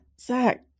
Zach